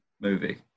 movie